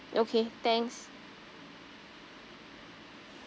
okay thanks